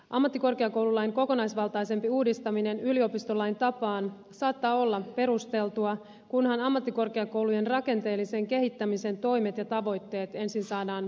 ammattikorkeakoululain kokonaisvaltaisempi uudistaminen yliopistolain tapaan saattaa olla perusteltua kunhan ammattikorkeakoulujen rakenteellisen kehittämisen toimet ja tavoitteet ensin saadaan toteutettua